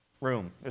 room